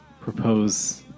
propose